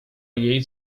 jej